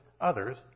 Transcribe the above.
others